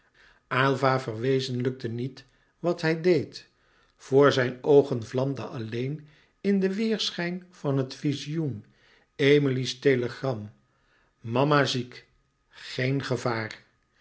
aylva verwezenlijkte niet wat hij deed vr zijn oogen vlamde alleen in den weêrschijn van het vizioen emilie's telegram mama ziek geen gevaar